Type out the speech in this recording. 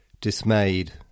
Dismayed